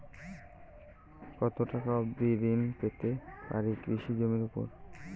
কত টাকা অবধি ঋণ পেতে পারি কৃষি জমির উপর?